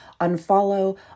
Unfollow